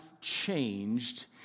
changed